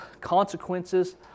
consequences